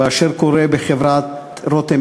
במה שקורה בחברת "רותם